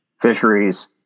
fisheries